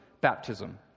baptism